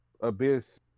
abyss